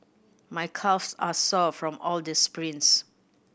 my calves are sore from all the sprints